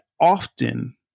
often